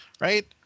Right